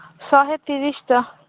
ଶହେ ତିରିଶିଟା